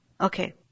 Okay